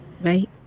right